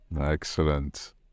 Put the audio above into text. excellent